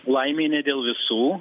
laimei ne dėl visų